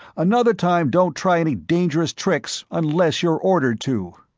another time don't try any dangerous tricks unless you're ordered to!